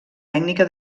tècnica